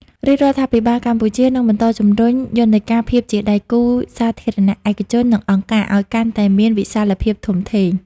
រាជរដ្ឋាភិបាលកម្ពុជានឹងបន្តជំរុញយន្តការភាពជាដៃគូសាធារណៈ ឯកជន និងអង្គការ ឱ្យកាន់តែមានវិសាលភាពធំធេង។